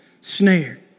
snare